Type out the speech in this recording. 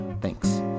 Thanks